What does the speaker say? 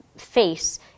face